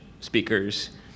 speakers